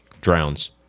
drowns